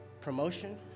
Promotion